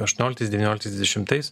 aštuonioliktais devynioliktais dvidešimtais